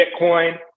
Bitcoin